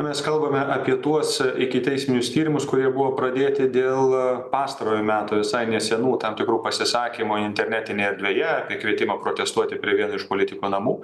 mes kalbame apie tuos ikiteisminius tyrimus kurie buvo pradėti dėl pastarojo meto visai nesenų tam tikrų pasisakymų internetinėj erdvėje apie kvietimą protestuoti prie vieno iš politiko namų